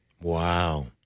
Wow